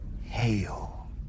Hail